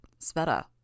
Sveta